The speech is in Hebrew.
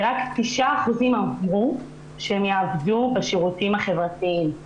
ורק 9% אמרו שהן יעבדו בשירותים החברתיים.